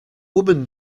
woman